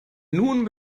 nun